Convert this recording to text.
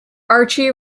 archie